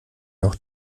noch